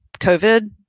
COVID